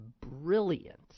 brilliant